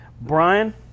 Brian